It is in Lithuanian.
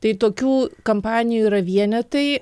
tai tokių kampanijų yra vienetai